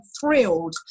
thrilled